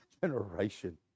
generation